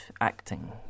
acting